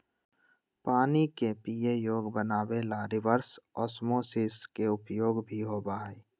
पानी के पीये योग्य बनावे ला रिवर्स ओस्मोसिस के उपयोग भी होबा हई